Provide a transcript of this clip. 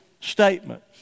statement